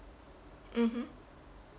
mmhmm